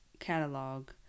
catalog